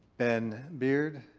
ben beard.